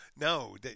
No